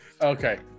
Okay